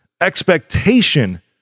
expectation